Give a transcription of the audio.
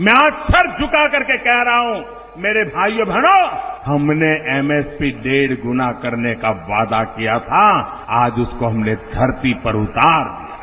मैं आज सर झुकाकर कह रहा हूं मेरे भाईयों और बहनों हमने एमएसपी डेढ़ गुणा करने का वादा किया था आज उसको हमने धरती पर उतार दिया है